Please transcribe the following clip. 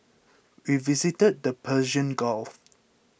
we visited the Persian Gulf